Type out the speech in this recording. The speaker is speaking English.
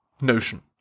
notion